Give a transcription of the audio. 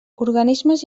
organismes